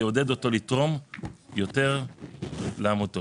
יעודד אותו לתרום יותר לעמוד טוב.